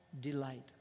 delight